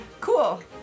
Cool